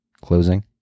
closing